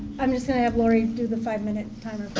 i'm just going to have lori do the five minute timer.